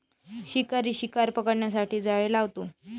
शिकारी शिकार पकडण्यासाठी जाळे लावतो